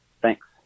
thanks